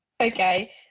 Okay